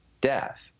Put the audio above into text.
death